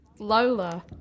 Lola